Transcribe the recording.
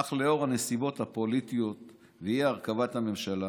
אך לנוכח הנסיבות הפוליטיות ואי-הרכבת הממשלה